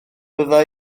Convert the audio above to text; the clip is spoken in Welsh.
bydda